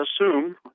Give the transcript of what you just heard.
assume